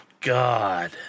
God